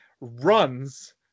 runs